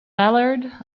ballard